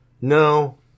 No